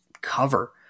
cover